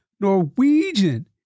Norwegian